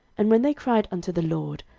and when they cried unto the lord,